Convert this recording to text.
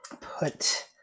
put